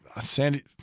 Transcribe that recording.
sandy